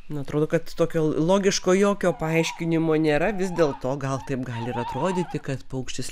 man atrodo kad tokio logiško jokio paaiškinimo nėra vis dėl to gal taip gali ir atrodyti kad paukštis